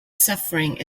suffering